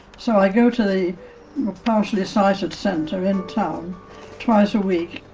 so, i go to the partially sighted centre in town twice a week.